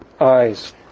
eyes